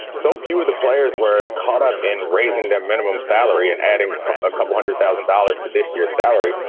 so few of the players were caught up in raising their minimum salary and adding a couple hundred thousand dollars to this year's salary.